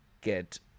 get